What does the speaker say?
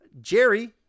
Jerry